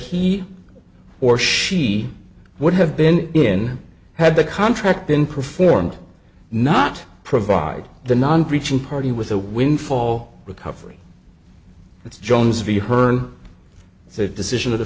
he or she would have been in had the contract been performed not provide the non preaching party with a windfall recovery it's jones v her the decision of the